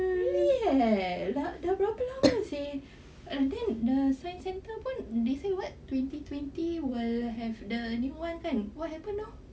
really leh they say and then the science centre they say what twenty twenty will have the new [one] kan what happen now